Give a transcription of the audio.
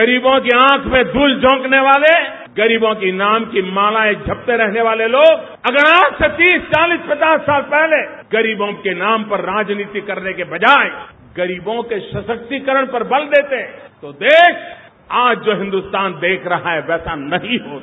गरीबों के आंख में धूल झोंकने वाले गरीबों के नाम की मालाएं जपते रहने वाले लोग आज से तीस चालीस पचास साल पहले गरीबों के नाम पर राजनीति करने के बजाय गरीबों के सशक्तिकरण पर बल देते तो देश आज जो हिन्दुस्तान देख रहा है वैसा नहीं होता